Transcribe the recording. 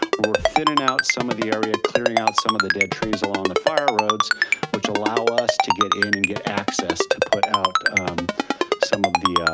we're thinning some of the area, clearing out some of the dead trees along the fire roads which allow us to get in and get access to put out some of the,